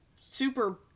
super